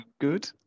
good